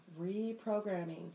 Reprogramming